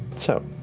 so,